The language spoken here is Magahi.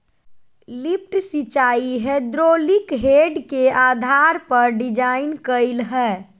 लिफ्ट सिंचाई हैद्रोलिक हेड के आधार पर डिजाइन कइल हइ